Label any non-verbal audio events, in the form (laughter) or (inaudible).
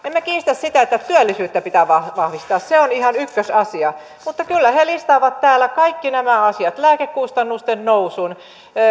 (unintelligible) emme kiistä sitä että työllisyyttä pitää vahvistaa se on ihan ykkösasia mutta kyllä he listaavat täällä kaikki nämä asiat lääkekustannusten nousun